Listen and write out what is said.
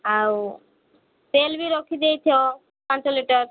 ଆଉ ତେଲ ବି ରଖି ଦେଇଥିବ ପାଞ୍ଚ ଲିଟର୍